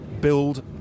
build